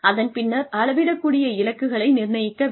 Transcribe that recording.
அதன் பின்னர் அளவிடக்கூடிய இலக்குகளை நிர்ணயிக்க வேண்டும்